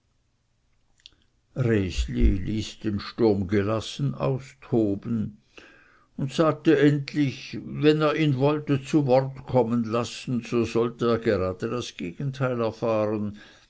resli ließ den sturm gelassen austoben und sagte endlich wenn er ihn wollte zu worten kommen lassen so sollte er gerade das gegenteil erfahren